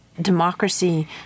democracy